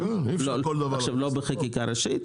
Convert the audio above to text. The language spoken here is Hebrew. --- אי-אפשר כל דבר --- לא בחקיקה ראשית.